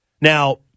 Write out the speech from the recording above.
now